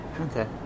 Okay